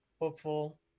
hopeful